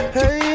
Hey